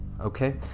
okay